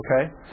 Okay